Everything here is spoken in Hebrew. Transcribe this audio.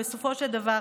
ובסופו של דבר,